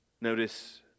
Notice